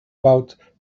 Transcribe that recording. about